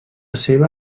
seva